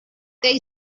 they